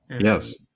Yes